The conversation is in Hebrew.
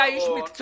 אתה איש מקצוע,